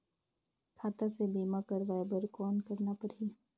खाता से बीमा करवाय बर कौन करना परही?